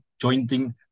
jointing